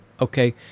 Okay